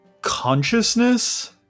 consciousness